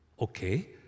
Okay